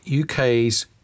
uk's